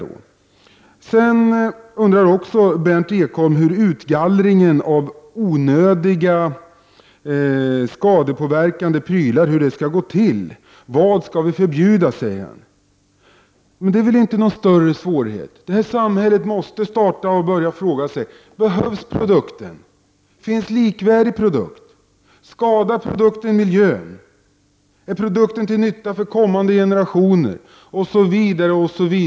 Berndt Ekholm undrar också hur utgallringen av onödiga skadepåverkande saker skall gå till. Vad skall vi förbjuda? undrar han. Det är väl inte några större svårigheter! Samhället måste börja fråga sig: Behövs produkten? Finns likvärdig produkt? Skadar produkten miljön? Är produkten till nytta för kommande generationer?